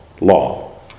law